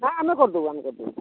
ହଁ ଆମେ କରିଦେବୁ ଆମେ କରିଦେବୁ